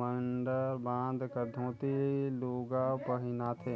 मडंर बांध कर धोती लूगा पहिनाथें